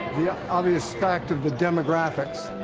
the obvious fact of the demographics.